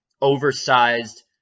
oversized